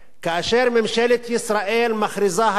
כאשר ממשלת ישראל מכריזה היום